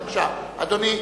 בבקשה, אדוני.